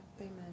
Amen